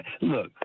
Look